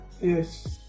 Yes